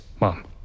Mom